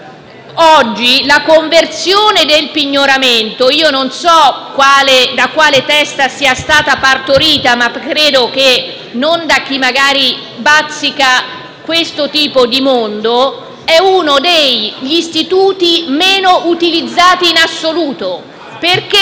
La conversione del pignoramento (non so da quale testa sia stata partorita, sicuramente non da chi bazzica questo tipo di mondo) è uno degli istituti meno utilizzati in assoluto, perché